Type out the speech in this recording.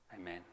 Amen